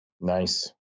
Nice